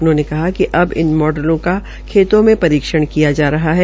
उन्होंने कहा कि अब इन मॉडलो का खेती में परीक्षण किया जा रहा है